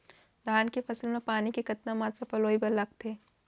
धान के फसल म पानी के कतना मात्रा पलोय बर लागथे?